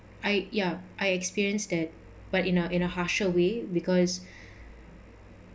I ya I experienced that but in a in a harsher way because